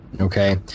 Okay